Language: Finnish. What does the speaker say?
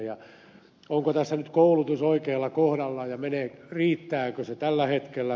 onko tässä nyt koulutus oikealla kohdallaan ja riittääkö se tällä hetkellä